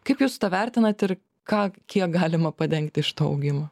kaip jūs vertinat ir ką kiek galima padengti iš to augimo